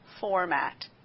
format